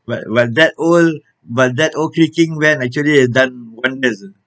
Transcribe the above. but but that old but that old creaking van actually has done wonders